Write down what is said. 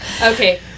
Okay